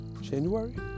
January